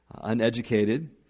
uneducated